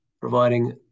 providing